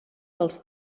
dels